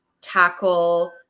tackle